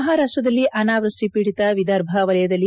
ಮಹಾರಾಷ್ಟದಲ್ಲಿ ಅನಾವೃಷ್ಟಿ ಪೀಡಿತ ವಿದರ್ಭ ವಲಯದಲ್ಲಿ